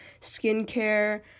skincare